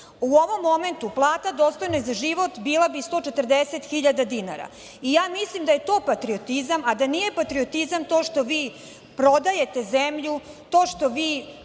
U ovom momentu plata dostojna za život bila bi 140 hiljada dinara. Mislim da je to patriotizam, a da nije patriotizam to što vi prodajete zemlju. Rusima